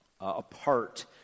apart